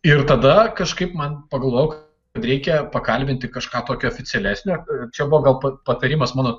ir tada kažkaip man pagalvojau reikia pakalbinti kažką tokio oficialesnio čia buvo galbūt pa patarimas mano